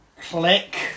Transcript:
Click